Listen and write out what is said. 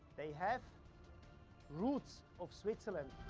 they have roots of switzerland.